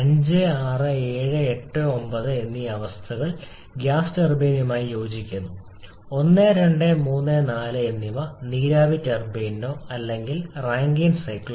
5 6 7 8 9 എന്നീ അവസ്ഥകൾ ഗ്യാസ് ടർബൈനുമായി യോജിക്കുന്നു 1 2 3 4 എന്നിവ നീരാവി ടർബൈനിനോ അല്ലെങ്കിൽ റാങ്കൈൻ സൈക്കിൾ